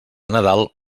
nadal